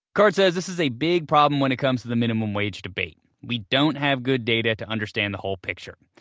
card said this is a big problem when it comes to the minimum wage debate. we don't have good data to understand the whole picture.